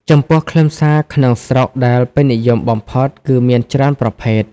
ចំពោះខ្លឹមសារក្នុងស្រុកដែលពេញនិយមបំផុតគឺមានច្រើនប្រភេទ។